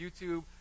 YouTube